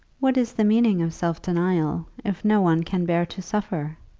what is the meaning of self-denial, if no one can bear to suffer?